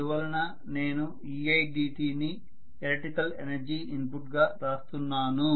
అందువలన నేను eidt ని ఎలక్ట్రికల్ ఎనర్జీ ఇన్పుట్ గా రాస్తున్నాను